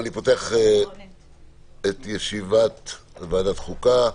אני פותח את ישיבת ועדת חוקה,